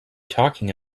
talking